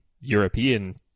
European